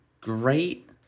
great